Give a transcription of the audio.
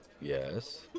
Yes